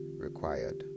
required